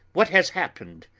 what has happened?